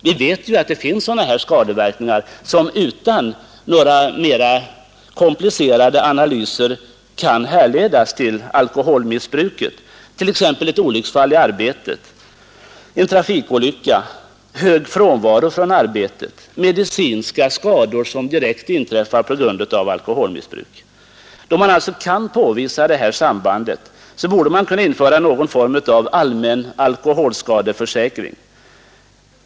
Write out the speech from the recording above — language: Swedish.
Vi vet att det finns sådana här skadeverkningar som utan några mera komplicerade analyser kan härledas till alkoholmissbruket, t.ex. ett olycksfall i arbetet, en trafikolycka, hög frånvaro från arbetet eller medicinska skador som inträffar direkt på grund av alkoholmissbruk. Då man alltså kan påvisa det här sambandet borde man kunna införa någon form av allmän alkoholskadeförsäkring.